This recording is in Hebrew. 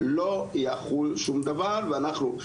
לא יחול שום דבר ואנחנו,